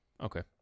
Okay